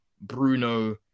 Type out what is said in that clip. Bruno